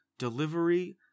delivery